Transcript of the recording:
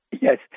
yes